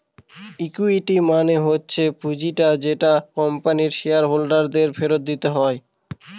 equity মানে হচ্ছে পুঁজিটা যেটা কোম্পানির শেয়ার হোল্ডার দের ফেরত দিতে হয়